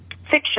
fiction